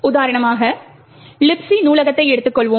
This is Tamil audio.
உதாரணமாக Libc நூலகத்தை எடுத்துக் கொள்வோம்